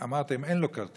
אמרת שאם אין לו כרטיס